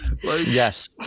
yes